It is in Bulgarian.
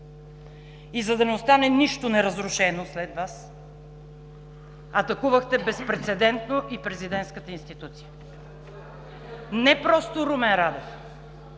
и за да не остане нищо неразрушено след Вас, атакувахте безпрецедентно и президентската институция – не просто Румен Радев,